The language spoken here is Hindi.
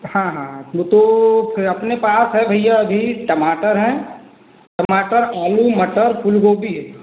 हाँ हाँ वह तो फ़िर अपने पास है भैया अभी टमाटर है टमाटर आलू मटर फूलगोभी है